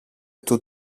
του